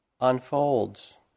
unfolds